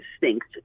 distinct